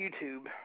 YouTube